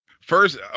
First